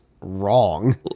wrong